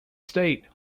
state